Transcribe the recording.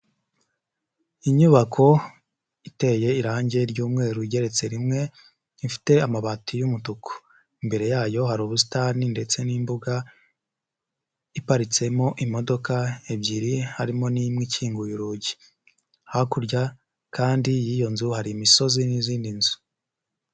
Inyubako iteye irangi ry'umweru igeretse rimwe, ifite amabati y'umutuku, imbere yayo hari ubusitani ndetse n'imbuga iparitsemo imodoka ebyiri harimo n'imwe ikinguye urugi, hakurya kandi y'iyo nzu hari imisozi n'izindi nzu.